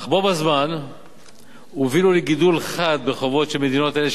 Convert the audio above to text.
אך בו בזמן הובילו לגידול חד בחובות של מדינות אלה,